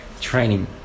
Training